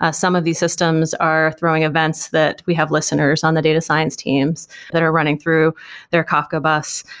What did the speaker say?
ah some of these systems are throwing events that we have listeners on the data science teams that are running through their kafka bus.